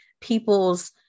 people's